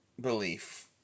belief